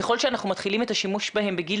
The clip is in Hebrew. ככל שאנחנו מתחילים את השימוש בהם בגיל